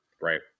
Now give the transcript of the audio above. Right